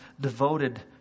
devoted